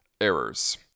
errors